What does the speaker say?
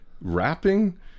rapping